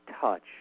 touch